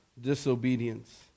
disobedience